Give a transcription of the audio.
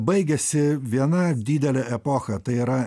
baigiasi viena didelė epocha tai yra